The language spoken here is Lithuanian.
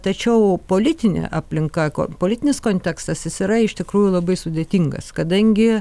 tačiau politinė aplinka politinis kontekstas jis yra iš tikrųjų labai sudėtingas kadangi